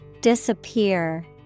Disappear